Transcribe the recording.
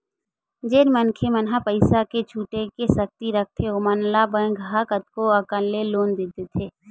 जेन मनखे मन ह पइसा छुटे के सक्ति रखथे ओमन ल बेंक ह कतको अकन ले लोन दे देथे